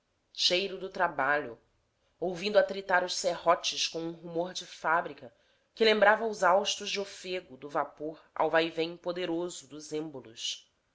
cheiro do trabalho ouvindo atritar os serrotes com um rumor de fábrica que lembrava os haustos de ofego do vapor ao vaivém poderoso dos êmbolos